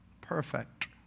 perfect